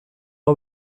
hau